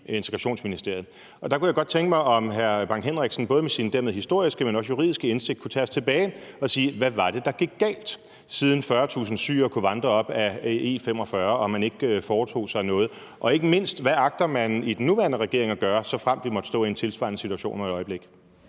Integrationsministeriet. Der kunne jeg godt tænke mig, om hr. Preben Bang Henriksen både med sin dermed historiske, men også juridiske indsigt kunne tage os tilbage og sige, hvad det var, der gik galt, siden 40.000 syrere kunne vandre op ad E45 og man ikke foretog sig noget, og ikke mindst sige, hvad man agter at gøre i den nuværende regering, såfremt vi måtte stå i en tilsvarende situation om et øjeblik.